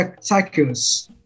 cycles